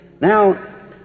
Now